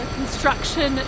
construction